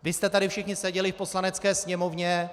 Vy jste tady všichni seděli v Poslanecké sněmovně.